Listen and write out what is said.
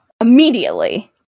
immediately